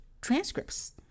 transcripts